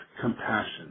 Compassion